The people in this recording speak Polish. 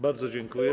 Bardzo dziękuję.